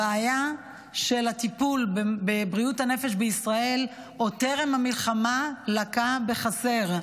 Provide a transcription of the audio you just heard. הבעיה של הטיפול בבריאות הנפש בישראל עוד טרם המלחמה היא שהוא לקה בחסר,